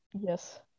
Yes